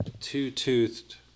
two-toothed